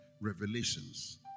revelations